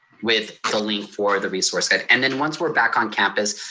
with the link for the resource guide. and then once we're back on campus,